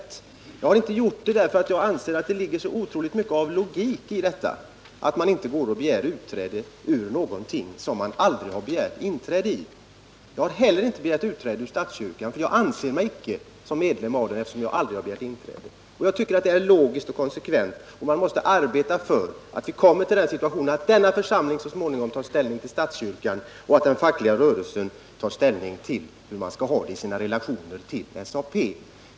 Det har jag inte gjort därför att jag anser att det ligger så otroligt mycket av logik i detta att man inte går och begär utträde ur någonting som man aldrig har begärt inträde i. Jag har heller inte begärt utträde ur statskyrkan, därför att jag inte betraktar mig som medlem i den eftersom jag aldrig har begärt inträde. Jag tycker att detta är logiskt och konsekvent. Man måste arbeta för att komma fram till den situationen att denna församling så småningom tar ställning till statskyrkan och den fackliga rörelsen tar ställning till hur man skall ha det i sina relationer till SAP.